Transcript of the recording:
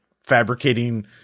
fabricating